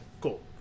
cool